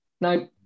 Now